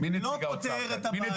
לא פותר את הבעיה.